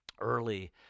early